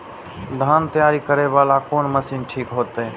धान तैयारी करे वाला कोन मशीन ठीक होते?